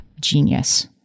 genius